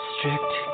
Strict